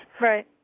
Right